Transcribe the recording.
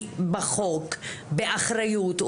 באחריות,